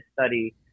study